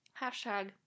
Hashtag